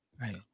Right